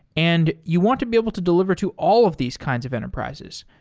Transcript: and you want to be able to deliver to all of these kinds of enterprises.